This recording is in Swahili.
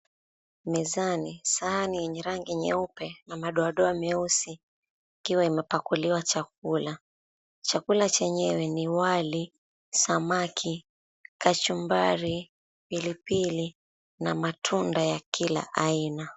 Mezani, sahani yenye rangi nyepe na madoadoa meusi ikiwa imepakuliwa chakula. Chakula chenyewe ni wali, samaki, kachumbari, pilipili na matunda ya kila aina.